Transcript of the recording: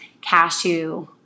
cashew